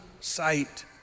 sight